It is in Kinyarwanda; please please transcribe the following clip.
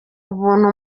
ubuntu